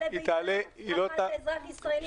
רם בן ברק (יש עתיד תל"ם):